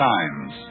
Times